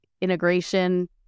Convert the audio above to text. integration